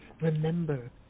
remember